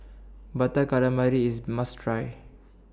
Butter Calamari IS A must Try